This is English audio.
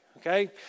Okay